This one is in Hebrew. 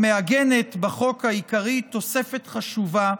המעגנת בחוק העיקרי תוספת חשובה,